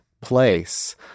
place